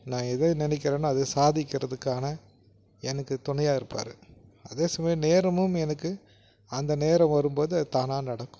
நான் எதை நினைக்கிறனோ அதை சாதிக்கறதுக்கான எனக்கு துணையாக இருப்பார் அதே சமையம் நேரமும் எனக்கு அந்த நேரம் வரும்போது அது தானாக நடக்கும்